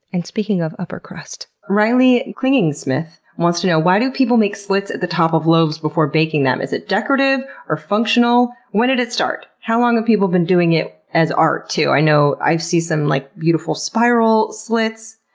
and speaking of upper crust, rylee clingingsmith wants to know why do people make slits in the top of loaves before baking them? is it decorative or functional? when did it start? how long have ah people been doing it as art, too? i know i've seen some like beautiful spiral slits.